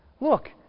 Look